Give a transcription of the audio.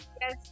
Yes